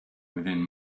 within